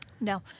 no